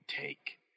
take